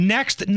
Next